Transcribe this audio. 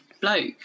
bloke